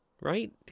Right